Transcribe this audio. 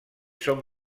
són